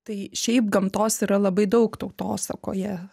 tai šiaip gamtos yra labai daug tautosakoje